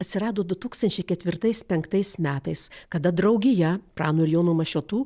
atsirado du tūkstančiai ketvirtais penktais metais kada draugija prano ir jono mašiotų